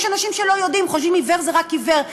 יש אנשים שלא יודעים, חושבים שעיוור זה רק עיוור.